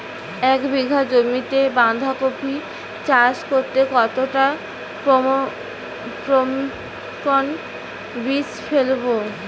এক বিঘা জমিতে বাধাকপি চাষ করতে কতটা পপ্রীমকন বীজ ফেলবো?